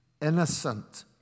innocent